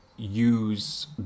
use